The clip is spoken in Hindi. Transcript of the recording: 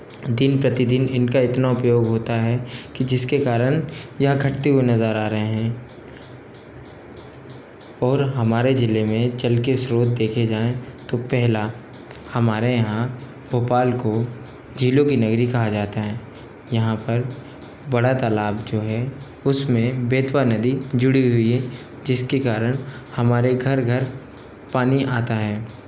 दिन प्रति दिन इनका इतना उपयोग होता है कि जिसके कारण ये घटते हुए नज़र आ रहे हैं और हमारे ज़िले में जल के स्रोत देखे जाएं तो पहला हमारे यहाँ भोपाल को झीलों की नगरी कहा जाता है यहाँ पर बड़ा तालाब जो है उसमें बेतवा नदी जुड़ी हुई है जिसके कारण हमारे घर घर पानी आता है